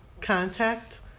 contact